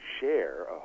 share